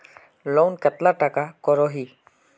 Loan कतला टाका करोही?